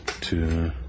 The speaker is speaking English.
two